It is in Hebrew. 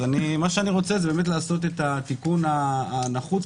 אז אני רוצה לעשות פה את התיקון הנחוץ,